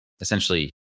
essentially